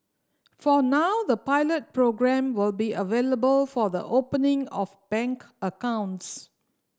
for now the pilot programme will be available for the opening of bank accounts